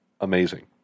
amazing